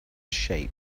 shape